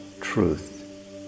truth